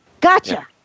gotcha